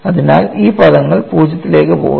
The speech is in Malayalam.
അതിനാൽ ഈ പദങ്ങൾ 0 ലേക്ക് പോകുന്നു